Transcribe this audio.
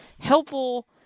helpful